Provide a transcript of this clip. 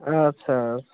আচ্ছা আচ্ছা